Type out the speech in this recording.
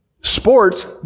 sports